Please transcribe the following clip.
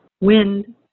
Wind